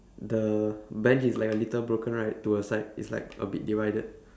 the bench is like a little broken right to a side it's like a bit divided